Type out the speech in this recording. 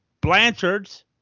Blanchards